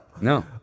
No